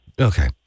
okay